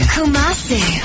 Kumasi